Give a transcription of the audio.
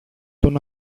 τον